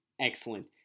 excellent